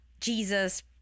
Jesus